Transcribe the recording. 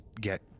get